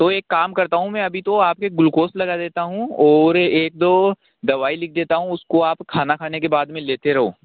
तो एक काम करता हूँ मैं अभी तो आपके ग्लूकोस लगा देता हूँ और एक दो दवाई लिख देता हूँ उसको आप खाना खाने के बाद में लेते रहो